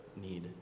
need